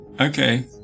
okay